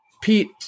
Pete